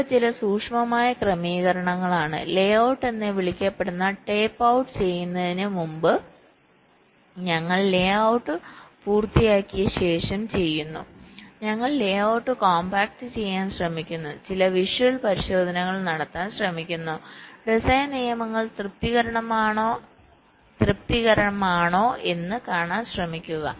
ഇവ ചില സൂക്ഷ്മമായ ക്രമീകരണങ്ങളാണ് ലേഔട്ട് എന്ന് വിളിക്കപ്പെടുന്ന ടേപ്പ്ഔട്ട് ചെയ്യുന്നതിന് മുമ്പ് ഞങ്ങൾ ലേഔട്ട് പൂർത്തിയാക്കിയ ശേഷം ചെയ്യുന്നു ഞങ്ങൾ ലേഔട്ട് കോംപാക്ട് ചെയ്യുവാൻ ശ്രമിക്കുന്നു ചില വിഷ്വൽ പരിശോധന നടത്താൻ ശ്രമിക്കുന്നു ഡിസൈൻ നിയമങ്ങൾ തൃപ്തികരമാണോ എന്ന് കാണാൻ ശ്രമിക്കുക